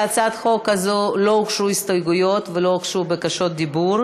להצעת החוק הזאת לא הוגשו הסתייגויות ולא הוגשו בקשות דיבור,